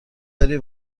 داری